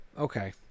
Okay